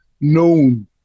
known